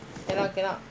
cannot cannot